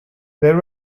there